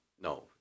No